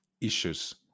issues